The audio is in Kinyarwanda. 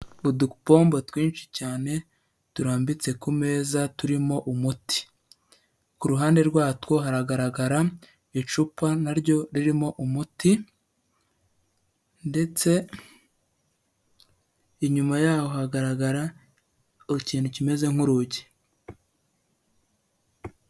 Udupombo twinshi cyane turambitse ku meza turimo umuti, ku ruhande rwatwo haragaragara icupa naryo ririmo umuti ndetse inyuma yaho hagaragara ikintu kimeze nk'urugi.